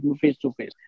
face-to-face